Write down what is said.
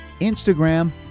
Instagram